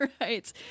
Right